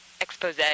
expose